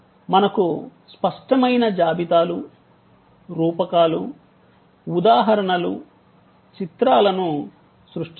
మనకు స్పష్టమైన జాబితాలు రూపకాలు ఉదాహరణలు చిత్రాలను సృష్టిస్తాము